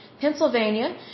Pennsylvania